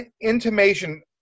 intimation